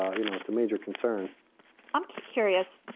ah you know, it's a major concern i'm curious,